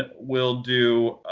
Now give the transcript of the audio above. ah we'll do